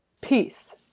Peace